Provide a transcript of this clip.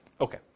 Okay